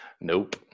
Nope